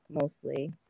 mostly